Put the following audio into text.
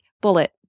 bullet